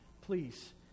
Please